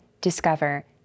Discover